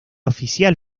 oficial